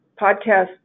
podcast